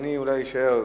אדוני אולי יישאר.